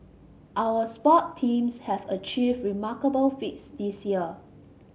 our sport teams have achieved remarkable feats this year